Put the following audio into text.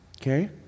Okay